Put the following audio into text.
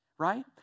right